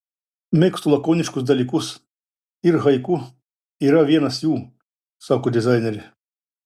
mėgstu lakoniškus dalykus ir haiku yra vienas jų sako dizainerė